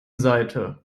seite